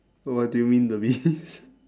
what do you mean the bees